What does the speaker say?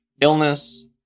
illness